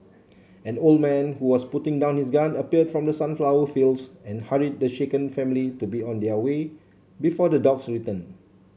an old man who was putting down his gun appeared from the sunflower fields and hurried the shaken family to be on their way before the dogs return